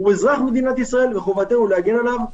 הוא אזרח מדינת ישראל והחובה היא להגן עליו.